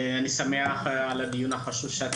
אני שמח על כינוס הדיון החשוב.